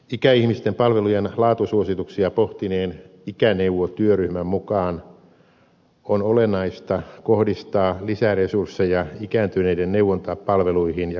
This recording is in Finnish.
ikäihmisten palvelujen laatusuosituksia pohtineen ikäneuvo työryhmän mukaan on olennaista kohdistaa lisäresursseja ikääntyneiden neuvontapalveluihin ja kotikäynteihin